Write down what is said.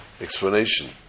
explanation